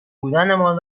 بودنمان